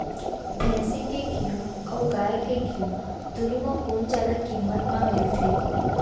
भैंसी के घीव अऊ गाय के घीव दूनो म कोन जादा किम्मत म मिलथे?